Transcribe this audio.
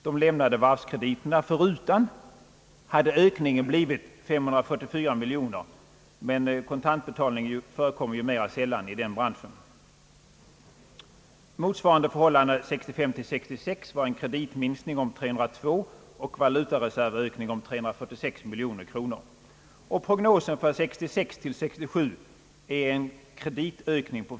De lämnade varvskrediterna förutan hade ökningen blivit 544 miljoner; men kontantbetalning förekommer ju mera sällan i den branschen. Motsvarande förhållande var rådande år 196535 till år 1966, med en kreditminskning om 302 och en valutareservökning om 346 miljoner kronor. Prognosen för år 1966 till år 1967 visar en kreditökning på.